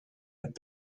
would